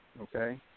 okay